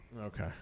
Okay